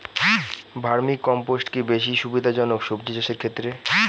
Vermi compost কি বেশী সুবিধা জনক সবজি চাষের ক্ষেত্রে?